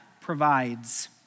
provides